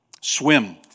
swim